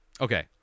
okay